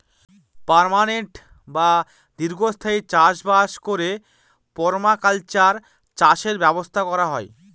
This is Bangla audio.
পার্মানেন্ট বা দীর্ঘস্থায়ী চাষ বাস করে পারমাকালচার চাষের ব্যবস্থা করা হয়